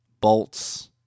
Bolts